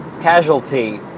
casualty